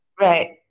Right